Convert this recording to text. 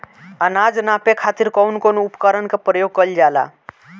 अनाज नापे खातीर कउन कउन उपकरण के प्रयोग कइल जाला?